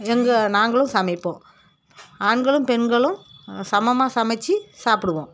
எங்கள் நாங்களும் சமைப்போம் ஆண்களும் பெண்களும் சமமாக சமைத்து சாப்பிடுவோம்